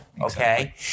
Okay